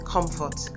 Comfort